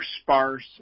sparse